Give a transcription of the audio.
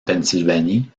pennsylvanie